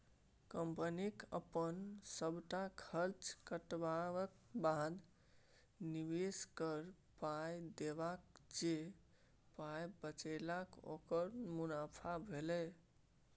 कंपनीक अपन सबटा खर्च कटबाक बाद, निबेशककेँ पाइ देबाक जे पाइ बचेलक ओकर मुनाफा भेलै